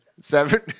Seven